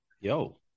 Yo